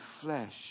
flesh